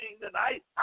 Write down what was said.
tonight